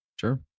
Sure